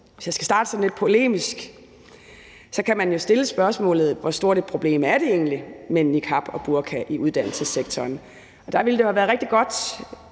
Hvis jeg skal starte sådan lidt polemisk, kan man jo stille spørgsmålet: Hvor stort et problem er det egentlig med niqab og burka i uddannelsessektoren? Og der ville det jo have været rigtig godt,